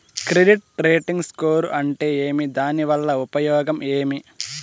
Credit rating score అంటే ఏమి దాని వల్ల ఉపయోగం ఏమి?